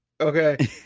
Okay